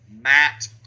Matt